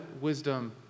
wisdom